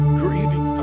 grieving